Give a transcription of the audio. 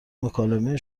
مکالمه